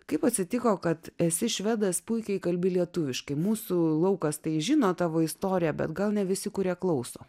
kaip atsitiko kad esi švedas puikiai kalbi lietuviškai mūsų laukas tai žino tavo istorija bet gal ne visi kurie klauso